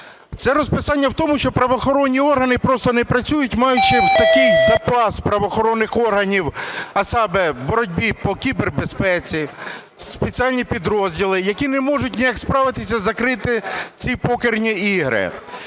Це розписання в тому, що правоохоронні органи просто не працюють, маючи такий запас правоохоронних органів, а саме боротьбі по кібербезпеці, спеціальні підрозділи, які не можуть ніяк справитись, закрити ці покерні ігри.